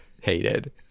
hated